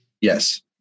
Yes